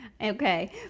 Okay